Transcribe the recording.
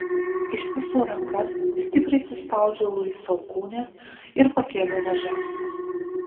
ištiesiau rankas stipriai suspaudžiau luiso alkūnes ir pakėliau nuo žemės